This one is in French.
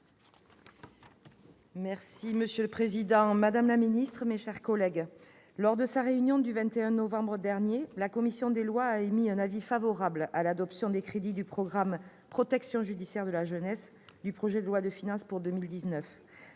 avis. Monsieur le président, madame la garde des sceaux, mes chers collègues, lors de sa réunion du 21 novembre dernier, la commission des lois a donné un avis favorable à l'adoption des crédits du programme « Protection judiciaire de la jeunesse » du projet de loi de finances pour 2019.